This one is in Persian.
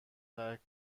ترک